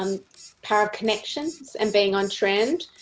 um power of connections and being on trend.